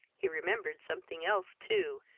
he remembered something else, too,